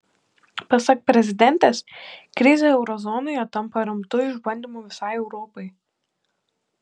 pasak prezidentės krizė euro zonoje tampa rimtu išbandymu visai europai